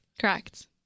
Correct